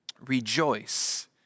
rejoice